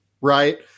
right